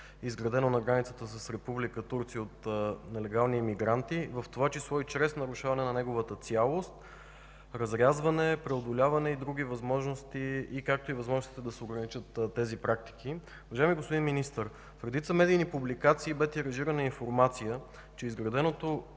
изградено на границата с Република Турция, от нелегални имигранти, в това число и чрез нарушаване на неговата цялост – разрязване, преодоляване, както и възможностите да се ограничат тези практики. Уважаеми господин Министър, в редица медийни публикации бе тиражирана информация, че изграденото